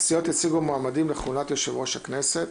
5.הסיעות יציגו מועמדים לכהונת יושב-ראש הכנסת.